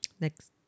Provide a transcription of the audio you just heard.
Next